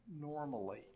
normally